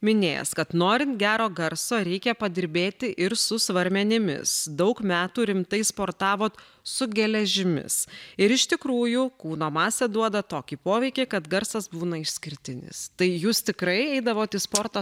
minėjęs kad norint gero garso reikia padirbėti ir su svarmenimis daug metų rimtai sportavot su geležimis ir iš tikrųjų kūno masė duoda tokį poveikį kad garsas būna išskirtinis tai jūs tikrai eidavot į sporto